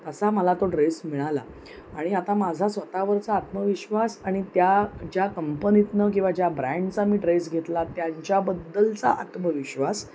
तसा मला तो ड्रेस मिळाला आणि आता माझा स्वतःवरचा आत्मविश्वास आणि त्या ज्या कंपनीतून किंवा ज्या ब्रँडचा मी ड्रेस घेतला त्यांच्याबद्दलचा आत्मविश्वास